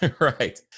right